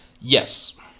Yes